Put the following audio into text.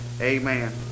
Amen